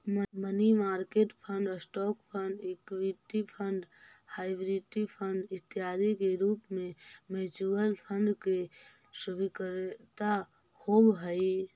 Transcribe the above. money market fund, stock fund, equity fund, hybrid fund इत्यादि के रूप में म्यूचुअल फंड के स्वीकार्यता होवऽ हई